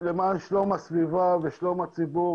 למען שלום הסביבה ושלום הציבור,